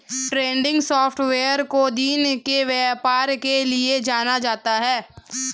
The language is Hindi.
ट्रेंडिंग सॉफ्टवेयर को दिन के व्यापार के लिये जाना जाता है